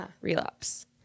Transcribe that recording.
relapse